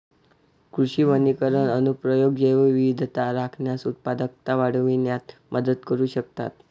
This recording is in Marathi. कृषी वनीकरण अनुप्रयोग जैवविविधता राखण्यास, उत्पादकता वाढविण्यात मदत करू शकतात